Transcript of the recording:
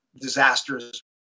disasters